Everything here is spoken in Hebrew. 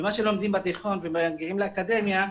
ומה שלומדים בתיכון ומגיעים איתו לאקדמיה,